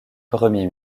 premier